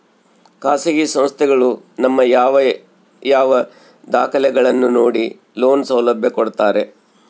ಖಾಸಗಿ ಸಂಸ್ಥೆಗಳು ನಮ್ಮ ಯಾವ ಯಾವ ದಾಖಲೆಗಳನ್ನು ನೋಡಿ ಲೋನ್ ಸೌಲಭ್ಯ ಕೊಡ್ತಾರೆ?